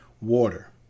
water